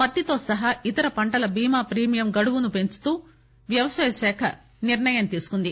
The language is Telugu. పత్తి సహా ఇతర పంటల బీమా ప్రీమియం గడువును పెంచుతూ వ్యవసాయ శాఖ నిర్ణయం తీసుకుంది